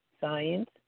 science